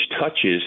touches